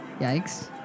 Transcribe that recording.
Yikes